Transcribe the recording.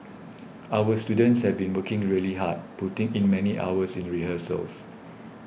our students have been working really hard putting in many hours in rehearsals